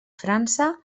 frança